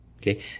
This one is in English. Okay